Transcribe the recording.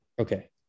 Okay